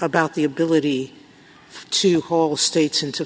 about the ability to hold states into